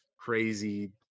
Crazy